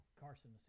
Carson